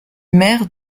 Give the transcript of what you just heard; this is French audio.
maire